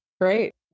Great